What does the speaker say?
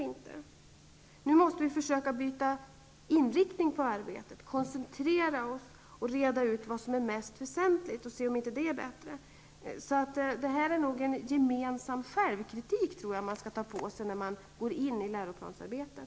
Vi måste nu försöka byta inriktning på arbetet, koncentrera oss, reda ut det som är mest väsentligt och se om inte det är bättre. Vi måste nog ta på oss en gemensam självkritik när vi går in i läroplansarbetet.